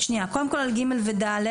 קודם כל על (ג) ו-(ד)